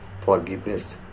forgiveness